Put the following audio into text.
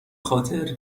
خاطر